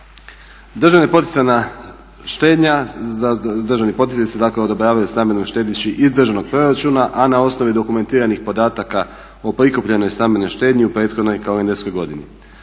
Državna poticaji se odobravaju stambenom štediši iz državnog proračuna, a na osnovi dokumentiranih podataka o prikupljenoj stambenoj štednji u prethodnoj kalendarskoj godini.